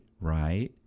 right